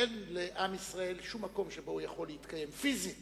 אין לעם ישראל שום מקום שבו הוא יכול להתקיים פיזית